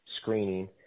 screening